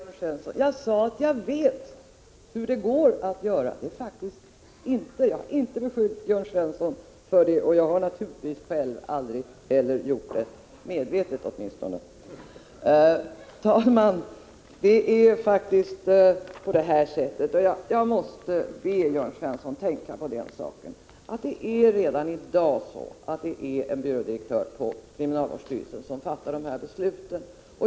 Herr talman! Jag sade inte det, Jörn Svensson. Jag sade att jag vet hur det går att göra det. Jag har faktiskt inte beskyllt Jörn Svensson för att ha lurat politiker, och jag har naturligtvis aldrig själv gjort det — åtminstone inte medvetet. Herr talman! Jag måste be Jörn Svensson tänka på att det redan i dag är en byrådirektör på kriminalvårdsstyrelsen som fattar de här besluten.